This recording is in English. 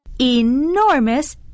ENORMOUS